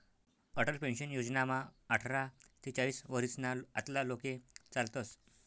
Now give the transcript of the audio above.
Atal pension योजनामा आठरा ते चाईस वरीसना आतला लोके चालतस